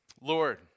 Lord